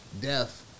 death